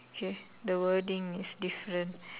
K the wording is different